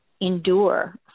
endure